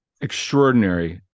Extraordinary